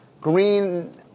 Green